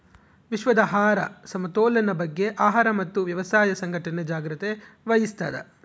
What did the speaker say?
ವಿಶ್ವದ ಆಹಾರ ಸಮತೋಲನ ಬಗ್ಗೆ ಆಹಾರ ಮತ್ತು ವ್ಯವಸಾಯ ಸಂಘಟನೆ ಜಾಗ್ರತೆ ವಹಿಸ್ತಾದ